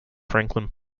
franklin